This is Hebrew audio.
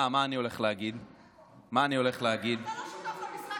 אני כבר ממש, ליועצת המשפטית.